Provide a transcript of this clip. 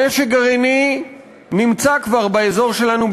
נשק גרעיני נמצא כבר באזור שלנו,